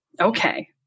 Okay